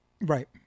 Right